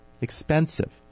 expensive